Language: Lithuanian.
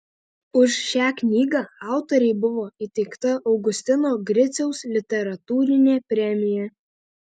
už šią knygą autorei buvo įteikta augustino griciaus literatūrinė premija